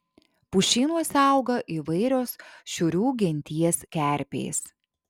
pušynuose auga įvairios šiurių genties kerpės